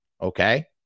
okay